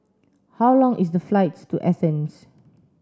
how long is the flight to Athens